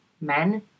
Men